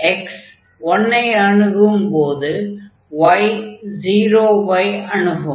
x 1 ஐ அணுகும்போது y 0 ஐ அணுகும்